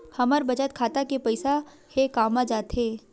हमर बचत खाता के पईसा हे कामा जाथे?